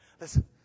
Listen